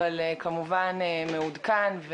אבל כמובן שהוא מעודכן,